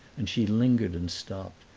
and she lingered and stopped,